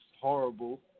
horrible